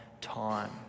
time